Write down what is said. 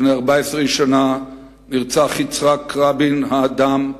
לפני 14 שנה, נרצח יצחק רבין האדם,